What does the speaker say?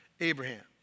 Abraham